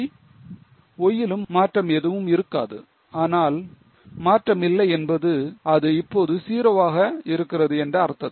Y யிலும் மாற்றம் எதுவும் இருக்காது ஆனால் மாற்றமில்லை என்பது அது இப்போது 0 ஆகியிருக்கிறது என்ற அர்த்தத்தில்